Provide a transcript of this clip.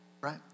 right